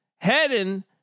heading